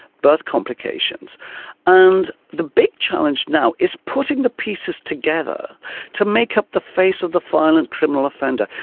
birth complications and the big challenge now is putting the pieces together to make up the face of the violent criminal offender,